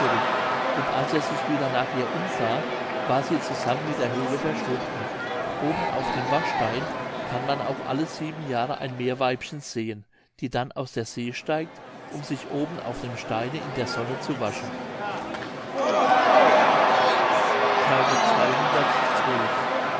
und als er sich wieder nach ihr umsah war sie zusammt der höhle verschwunden oben auf dem waschstein kann man auch alle sieben jahre ein meerweibchen sehen die dann aus der see steigt um sich oben auf dem steine in der sonne zu waschen